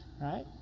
right